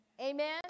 Amen